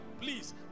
Please